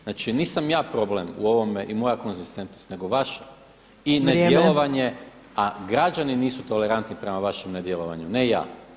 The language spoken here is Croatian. Znači, nisam ja problem u ovome i moja konzistentnost, nego vaša i nedjelovanje, a građani nisu tolerantni prema vašem nedjelovanju ne ja.